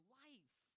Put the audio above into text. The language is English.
life